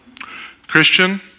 Christian